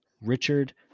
Richard